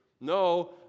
No